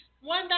One